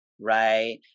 Right